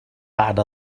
بعد